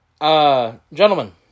Gentlemen